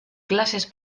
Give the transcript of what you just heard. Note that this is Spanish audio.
clases